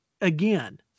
again